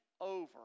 over